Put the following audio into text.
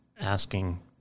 asking